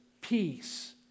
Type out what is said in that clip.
Peace